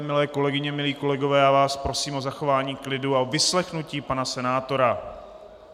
Milé kolegyně, milí kolegové, já vás prosím o zachování klidu a vyslechnutí pana senátora.